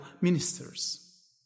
ministers